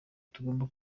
tugomba